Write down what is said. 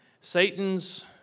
Satan's